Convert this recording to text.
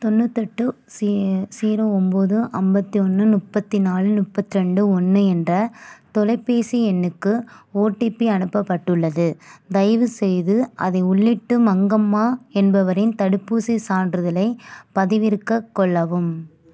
தொண்ணூற்றெட்டு ஸீ ஸீரோ ஒன்போது ஐம்பத்தி ஒன்று முப்பத்தி நாலு முப்பத்தி ரெண்டு ஒன்று என்ற தொலைபேசி எண்ணுக்கு ஓடிபி அனுப்பப்பட்டுள்ளது தயவுசெய்து அதை உள்ளிட்டு மங்கம்மா என்பவரின் தடுப்பூசி சான்றிதழைப் பதிவிறக்கக் கொள்ளவும்